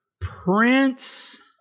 Prince